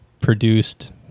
produced